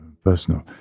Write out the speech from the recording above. personal